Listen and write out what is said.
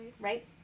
Right